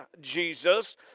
Jesus